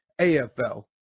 AFL